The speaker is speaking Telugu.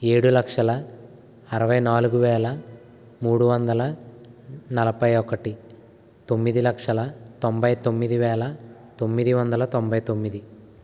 ఏడు లక్షల అరవై నాలుగువేల మూడు వందల నలభై ఒకటి తొమ్మిది లక్షల తొంబై తొమ్మిదివేల తొమ్మిది వందల తొంభై తొమ్మిది